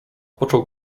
począł